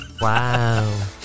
wow